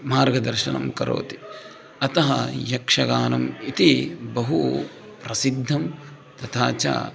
मार्गदर्शनं करोति अतः यक्षगानम् इति बहु प्रसिद्धं तथा च